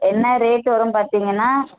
என்ன ரேட்டு வரும் பார்த்தீங்கன்னா